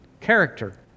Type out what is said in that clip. character